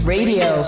Radio